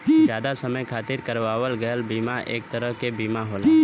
जादा समय खातिर करावल गयल बीमा एक तरह क बीमा होला